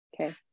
Okay